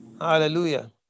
Hallelujah